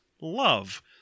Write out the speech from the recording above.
love